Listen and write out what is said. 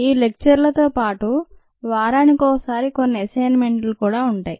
ఈ లెక్చర్లతోపాటు వారానికోసారి కొన్ని అసైన్మెంట్లు కూడా ఉంటాయి